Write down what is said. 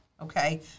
Okay